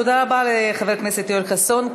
תודה רבה לחבר הכנסת יואל חסון.